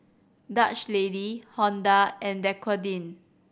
Dutch Lady Honda and Dequadin